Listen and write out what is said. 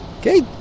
Okay